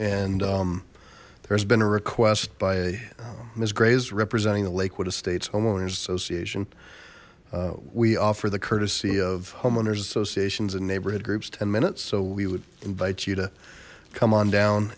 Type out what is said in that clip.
and there's been a request by a miss gray is representing the lakewood estates homeowners association we offer the courtesy of homeowners associations in neighborhood groups ten minutes so we would invite you to come on down